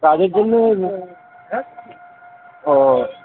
কাজের জন্য হ্যাঁ ও